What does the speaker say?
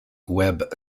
web